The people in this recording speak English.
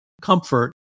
comfort